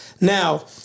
now